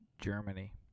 Germany